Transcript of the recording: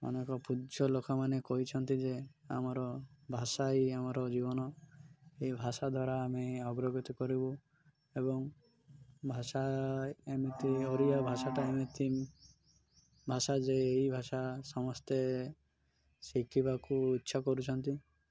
ଅନେକ ପୂଜ୍ୟ ଲୋକମାନେ କହିଛନ୍ତି ଯେ ଆମର ଭାଷା ହିଁ ଆମର ଜୀବନ ଏ ଭାଷା ଦ୍ୱାରା ଆମେ ଅଗ୍ରଗତି କରିବୁ ଏବଂ ଭାଷା ଏମିତି ଓଡ଼ିଆ ଭାଷାଟା ଏମିତି ଭାଷା ଯେ ଏଇ ଭାଷା ସମସ୍ତେ ଶିଖିବାକୁ ଇଚ୍ଛା କରୁଛନ୍ତି